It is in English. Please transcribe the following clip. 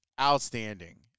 outstanding